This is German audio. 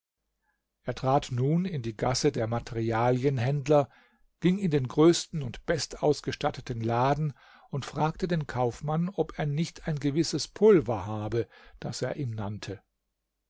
er trat nun in die gasse der materialienhändler ging in den größten und bestausgestatteten laden und fragte den kaufmann ob er nicht ein gewisses pulver habe das er ihm nannte